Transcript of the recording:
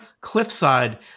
cliffside